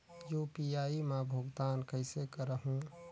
UPI मा भुगतान कइसे करहूं?